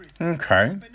Okay